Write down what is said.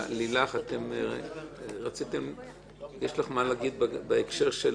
לילך, יש לך מה להגיד בהקשר הזה?